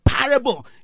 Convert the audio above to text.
Parable